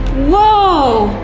whoa!